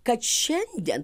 kad šiandien